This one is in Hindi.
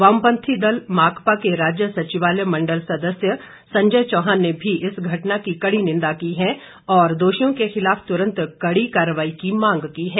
वामपंथी दल माकपा के राज्य सचिवालय मंडल सदस्य संजय चौहान ने भी इस घटना की कड़ी निंदा की है और दोषियों के खिलाफ तुरंत कड़ी कार्रवाई की मांग की है